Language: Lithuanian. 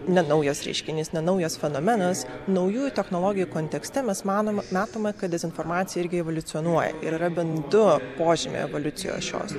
nenaujas reiškinys nenaujas fenomenas naujųjų technologijų kontekste mes manom matome kad dezinformacija irgi evoliucionuoja ir yra bent du požymiai evoliucijos šios